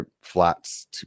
flats